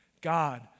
God